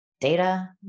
data